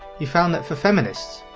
he found that for feminists,